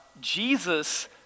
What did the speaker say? Jesus